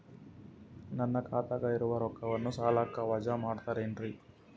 ನನ್ನ ಖಾತಗ ಇರುವ ರೊಕ್ಕವನ್ನು ಸಾಲಕ್ಕ ವಜಾ ಮಾಡ್ತಿರೆನ್ರಿ?